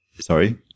Sorry